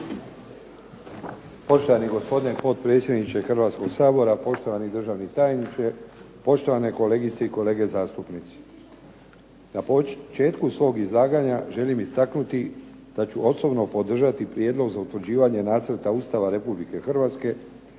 Poštovani gospodine potpredsjedniče Hrvatskoga sabora, poštovani državni tajniče, poštovane kolegice i kolege zastupnici. Na početku svog izlaganja želim istaknuti da ću osobno podržati prijedlog za utvrđivanje Nacrta Ustava Republike Hrvatske